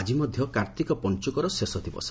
ଆଜି ମଧ୍ଧ କାର୍ତିକ ପଞ୍ଚୁକର ଶେଷ ଦିବସ